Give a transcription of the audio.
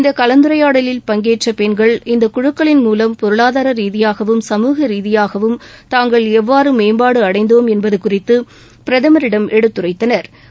இந்த கலந்துரையாடலில் பங்கேற்ற பெண்கள் இந்த குழுக்களின் மூலம் பொருளாதார ரீதியாகவும் சமூக ரீதியாகவும் தாங்கள் எவ்வாறு மேம்பாடு அடைந்தோம் என்பது குறித்து பிரதமரிடம் எடுத்துரைத்தனா்